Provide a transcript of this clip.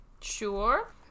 Sure